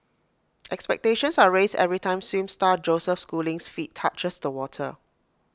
expectations are raised every time swim star Joseph schooling's feet touches the water